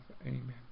Amen